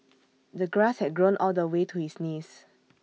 the grass had grown all the way to his knees